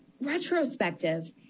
retrospective